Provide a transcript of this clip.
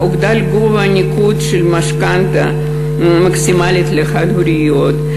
הוגדל גובה הניקוד של משכנתה מקסימלית לחד-הוריות.